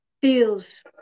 feels